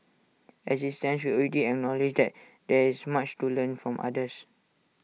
as IT stands we already acknowledge that there is much to learn from others